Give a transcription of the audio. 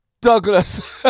Douglas